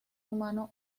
humano